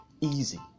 easy